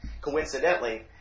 Coincidentally